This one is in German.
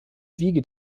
wiege